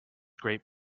great